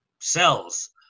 cells